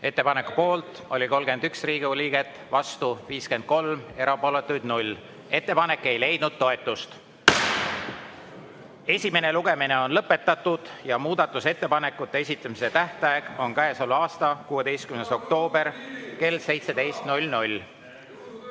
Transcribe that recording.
Ettepaneku poolt oli 31 Riigikogu liiget, vastu 53, erapooletuid 0. Ettepanek ei leidnud toetust. Esimene lugemine on lõpetatud ja muudatusettepanekute esitamise tähtaeg on käesoleva aasta 16. oktoober kell 17.